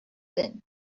thin